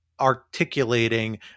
articulating